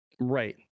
Right